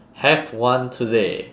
have one today